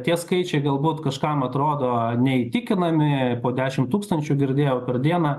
tie skaičiai galbūt kažkam atrodo neįtikinami po dešim tūkstančių girdėjau per dieną